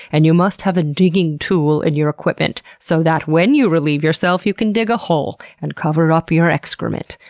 and you must have a digging tool in your equipment so that when you relieve yourself you can dig a hole and cover up your excrement.